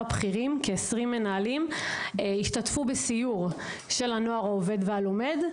הבכירים השתתפו בסיור של הנוער העובד והלומד.